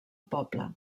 poble